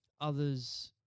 others